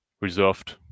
reserved